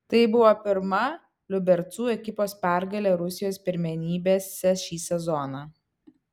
tai buvo pirma liubercų ekipos pergalė rusijos pirmenybėse šį sezoną